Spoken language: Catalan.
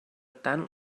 tant